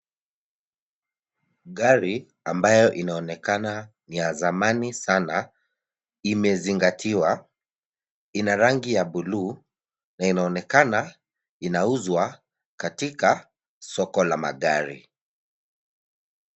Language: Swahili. Gari ambayo inaonekana ya zamani sana imezingatiwa. Ina rangi ya bluu na inaonekana inauzwa katika soko la magari.